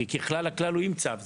ככלל הכלל הוא עם צו.